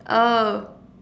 oh